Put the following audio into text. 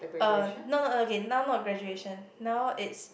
uh not not not okay now not graduation now it's